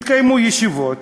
התקיימו ישיבות,